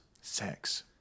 Sex